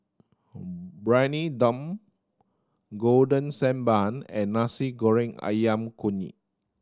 Briyani Dum Golden Sand Bun and Nasi Goreng Ayam Kunyit